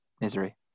misery